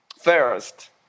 First